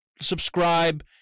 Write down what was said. subscribe